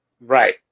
Right